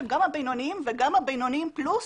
גם הבינוניים וגם הבינוניים פלוס,